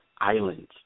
islands